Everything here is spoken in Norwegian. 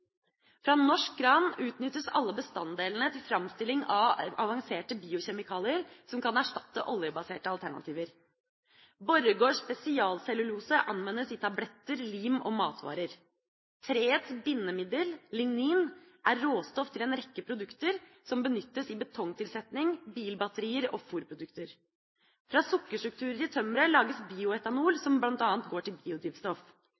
Fra norsk gran utnyttes alle bestanddelene til framstilling av avanserte biokjemikalier som kan erstatte oljebaserte alternativer. Borregaards spesialcellulose anvendes i tabletter, lim og matvarer. Treets bindemiddel, lignin, er råstoff til en rekke produkter som benyttes i betongtilsetning, bilbatterier og fôrprodukter. Fra sukkerstrukturer i tømmeret lages bioetanol